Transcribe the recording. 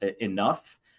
enough